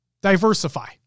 Diversify